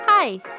Hi